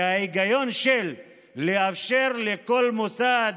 וההיגיון הוא לאפשר לכל מוסד,